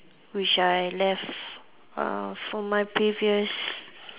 which I left uh for my previous